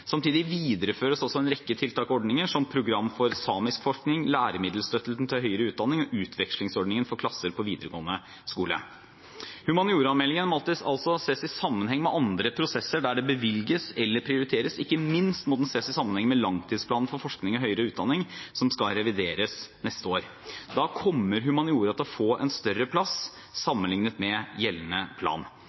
Samtidig videreføres også en rekke tiltak og ordninger, som Program for samisk forskning, læremiddelstøtten til høyere utdanning og utvekslingsordningen for klasser på videregående skole. Humaniorameldingen må altså ses i sammenheng med andre prosesser der det bevilges eller prioriteres. Ikke minst må den ses i sammenheng med langtidsplanen for forskning og høyere utdanning, som skal revideres neste år. Da kommer humaniora til å få en større plass sammenlignet med gjeldende plan.